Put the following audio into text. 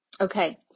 Okay